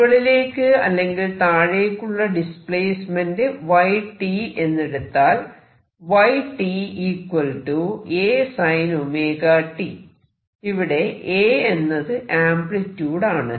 മുകളിലേക്ക് അല്ലെങ്കിൽ താഴേക്കുള്ള ഡിസ്പ്ലേസ്മെന്റ് y എന്നെടുത്താൽ ഇവിടെ A എന്നത് ആംപ്ലിട്യൂഡ് ആണ്